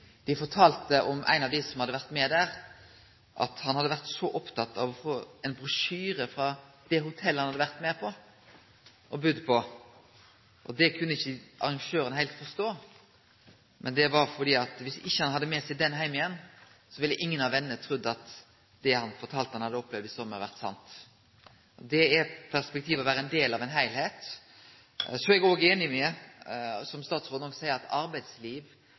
Dei fortalde om ein av dei som hadde vore med, at han hadde vore så oppteken av å få ein brosjyre frå det hotellet han hadde budd på. Det kunne ikkje arrangørane heilt forstå, men dersom han ikkje hadde med seg den heim igjen, ville ingen av vennene tru at det han fortalde at han hadde opplevd i sommar, var sant. Det er eit perspektiv som er ein del av ein heilskap. Eg er einig i det statsråden seier, at det å sikre at me har eit arbeidsliv